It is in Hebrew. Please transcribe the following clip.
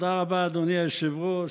תודה רבה, אדוני היושב-ראש.